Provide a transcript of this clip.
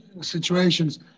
situations